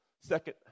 Second